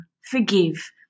forgive